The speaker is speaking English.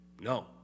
No